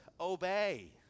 obey